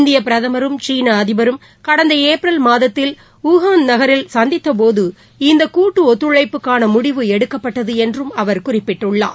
இந்தியபிரதமரும் சீனஅதிபரும் கடந்தஏப்ரல் மாதத்தில் ஊழறான் நகரில் சந்தித்தபோது இந்தகூட்டுஒத்துழைப்புக்கானமுடிவு எடுக்கப்பட்டதுஎன்றும் அவர் குறிப்பிட்டுள்ளார்